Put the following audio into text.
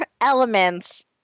elements